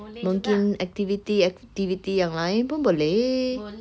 mungkin activity activity yang lain pun boleh